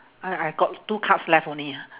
I I got two cards left only ah